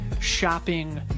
shopping